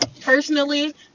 personally